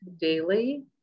daily